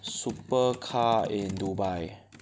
super car in Dubai